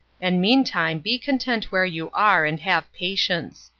and meantime be content where you are and have patience.